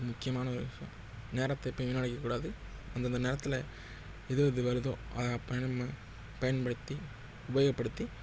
முக்கியமான ஒரு விஷயம் நேரத்தை எப்பயும் வீணடிக்க கூடாது அந்தந்த நேரத்தில் எது எது வருதோ அதை அப்பயே நம்ம பயன்படுத்தி உபயோகபடுத்தி